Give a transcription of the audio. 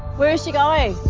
where is she going?